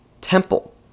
Temple